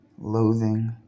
loathing